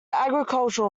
agricultural